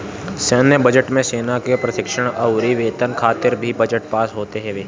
सैन्य बजट मे सेना के प्रशिक्षण अउरी वेतन खातिर भी बजट पास होत हवे